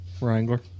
Wrangler